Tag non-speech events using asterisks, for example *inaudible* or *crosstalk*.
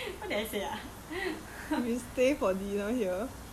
err *laughs* what did I say ah *laughs*